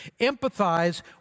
Empathize